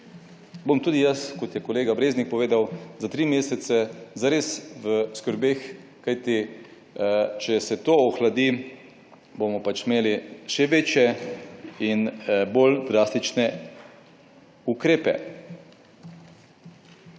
bom tudi jaz, kot je kolega Breznik povedal, za tri mesece zares v skrbeh, kajti če se to ohladi, bomo imeli še večje in bolj drastične ukrepe.